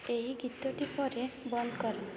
ଏଇ ଗୀତଟି ପରେ ବନ୍ଦ କର